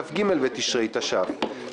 כ"ג בתשרי התש"ף,